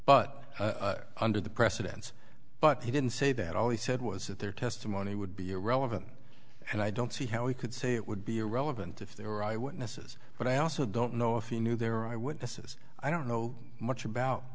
but under the precedence but he didn't say that all he said was that their testimony would be irrelevant and i don't see how he could say it would be irrelevant if they were eyewitnesses but i also don't know if he knew their eye witnesses i don't know much about